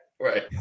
Right